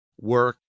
work